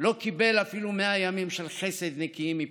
לא קיבל אפילו מאה ימים של חסד, נקיים מפוליטיקה.